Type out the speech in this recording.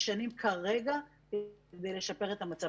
משנים כרגע כדי לשפר את מצב.